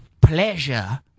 pleasure